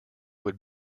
would